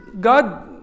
God